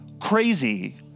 crazy